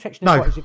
no